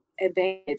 advantage